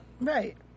Right